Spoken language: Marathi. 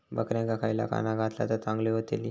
बकऱ्यांका खयला खाणा घातला तर चांगल्यो व्हतील?